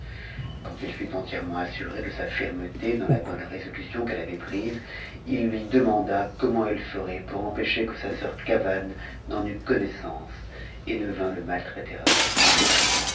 quand il fut entièrement assuré de sa fermeté dans a bonne résolution qu'elie avait prise il lui demanda comment elle ferait pour empêcher que sa soeur cavame n'en eût connaissance et ne vînt e maltraiter à son tour